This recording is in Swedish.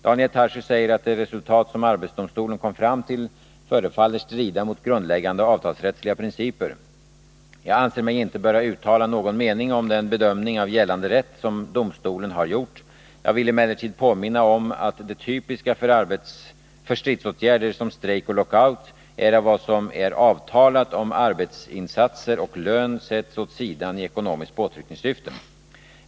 Daniel Tarschys säger att det resultat som arbetsdomstolen kom fram till förefaller strida mot grundläggande avtalsrättsliga principer. Jag anser mig inte böra uttala någon mening om den bedömning av gällande rätt som domstolen har gjort. Jag vill emellertid påminna om att det typiska för stridsåtgärder som strejk och lockout är vad som är avtalat om arbetsinsatser och lön sätts åt sidan i ekonomiskt påtryckningssyfte.